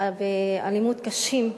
ואלימות קשים,